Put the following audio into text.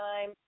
time